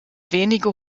wenige